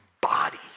body